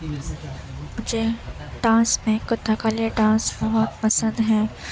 مجھے ڈانس میں کتھاکلی ڈانس بہت پسند ہے